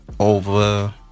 over